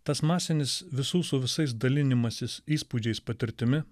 tas masinis visų su visais dalinimasis įspūdžiais patirtimi